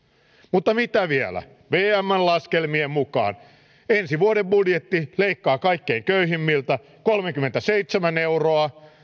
mutta mitä vielä vmn laskelmien mukaan ensi vuoden budjetti leikkaa kaikkein köyhimmiltä kolmekymmentäseitsemän euroa